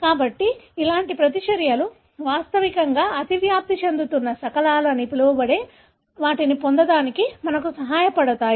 కాబట్టి అలాంటి ప్రతిచర్యలు వాస్తవికంగా అతివ్యాప్తి చెందుతున్న శకలాలు అని పిలవబడే వాటిని పొందడానికి మనకు సహాయపడతాయి